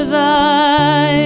Thy